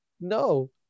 No